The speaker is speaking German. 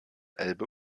elbe